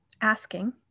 asking